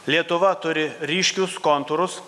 lietuva turi ryškius kontūrus